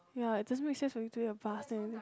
ya it doesn't make sense for me to take a bus there leh